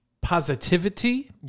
positivity